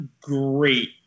great